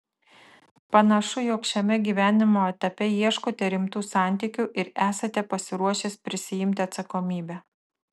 panašu jog šiame gyvenimo etape ieškote rimtų santykių ir esate pasiruošęs prisiimti atsakomybę